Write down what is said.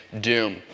doom